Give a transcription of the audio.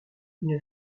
une